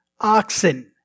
oxen